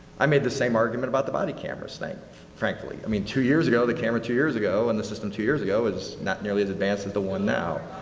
i made the same argument about the body cameras frankly. i mean, two years ago, the camera two years ago and the system two years ago is not nearly as advanced as the one now.